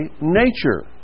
nature